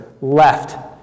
left